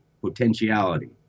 potentiality